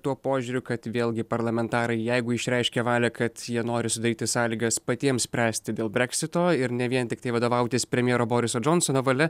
tuo požiūriu kad vėlgi parlamentarai jeigu išreiškia valią kad jie nori sudaryti sąlygas patiems spręsti dėl breksito ir ne vien tiktai vadovautis premjero boriso džonsono valia